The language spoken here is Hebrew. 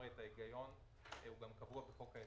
זמן של הכי מעט שזכור לי הוא 3 4 שבועות ועד חודשיים.